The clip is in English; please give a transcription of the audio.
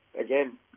again